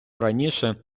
раніше